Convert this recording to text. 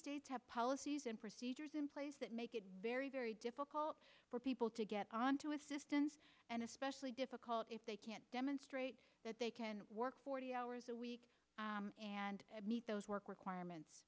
states have policies and procedures in place that make it very very difficult for people to get onto assistance and especially difficult if they can't demonstrate that they can work forty hours a week and meet those work requirements